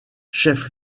chef